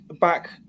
back